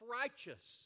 righteous